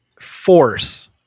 force